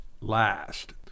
last